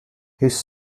his